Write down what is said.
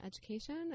education